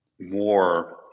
more